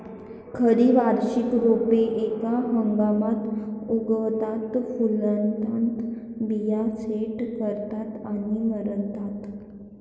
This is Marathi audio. खरी वार्षिक रोपे एका हंगामात उगवतात, फुलतात, बिया सेट करतात आणि मरतात